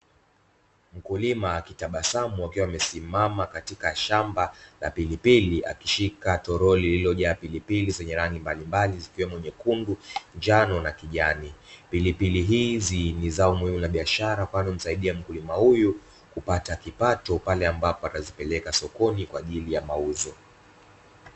Mkulima akitabasamu akiwa amesimama katika shamba la pilipili, akishika torori lililojaa pilipili zenye rangi mbalimbali zikiwemo nyekundu, njano na kijani. Pilipili hizi ni zao muhimu la biashara, kwani humsaidia mkulima huyu kupata kipato pale ambapo atazipeleka sokoni kwa ajili ya mauzo.